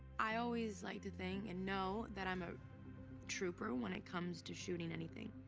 i always like to think and know that i'm a trooper when it comes to shooting anything.